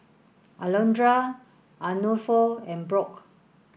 Alondra Arnulfo and Brock